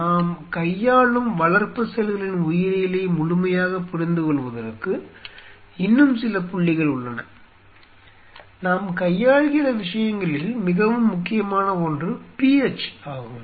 நாம் கையாளும் வளர்ப்பு செல்களின் உயிரியலை முழுமையாகப் புரிந்துக்கொள்வதற்கு இன்னும் சில புள்ளிகள் உள்ளன நாம் கையாள்கிற விஷயங்களில் மிகவும் முக்கியமான ஒன்று pH ஆகும்